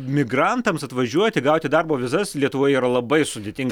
migrantams atvažiuoti gauti darbo vizas lietuvoje yra labai sudėtinga